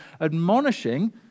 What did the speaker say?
admonishing